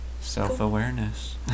Self-awareness